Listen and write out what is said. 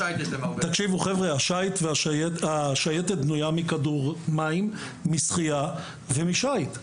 חבר'ה, השייטת בנויה מכדורמים, שחייה ושיט,